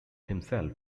himself